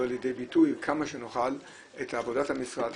לידי ביטוי כמה שנוכל את עבודת המשרד,